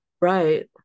Right